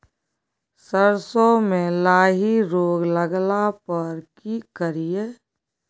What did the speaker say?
सरसो मे लाही रोग लगला पर की करिये?